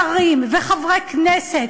שרים וחברי כנסת,